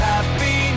Happy